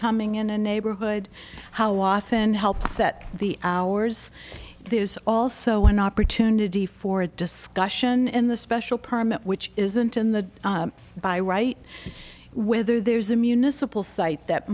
coming in a neighborhood how often help set the hours there is also an opportunity for discussion in the special permit which isn't in the by right whether there's a municipal site that